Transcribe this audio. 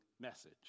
message